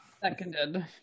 Seconded